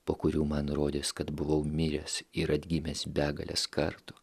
po kurių man rodės kad buvau miręs ir atgimęs begales kartų